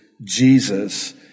Jesus